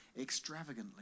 extravagantly